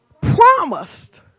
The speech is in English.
promised